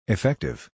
Effective